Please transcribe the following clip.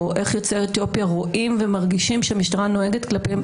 או איך יוצאי אתיופיה רואים ומרגישים שהמשטרה נוהגת כלפיהם,